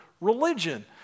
religion